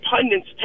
pundits